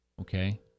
Okay